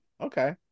Okay